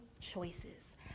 choices